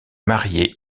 marié